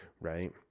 right